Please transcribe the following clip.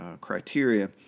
criteria